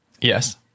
Yes